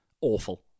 Awful